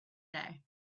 day